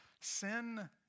Sin